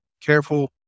careful